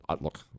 look